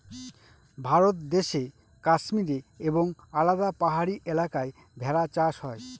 ভারত দেশে কাশ্মীরে এবং আলাদা পাহাড়ি এলাকায় ভেড়া চাষ হয়